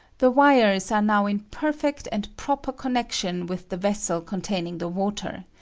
the wires are now in perfect and proper connection with the vessel contain ing the water,